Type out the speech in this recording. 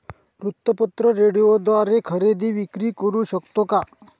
वृत्तपत्र, रेडिओद्वारे खरेदी विक्री करु शकतो का?